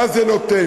מה זה נותן.